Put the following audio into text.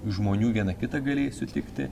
žmonių vieną kitą galėjai sutikti